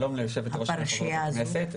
שלום ליושבת ראש ולחברות הכנסת.